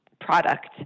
product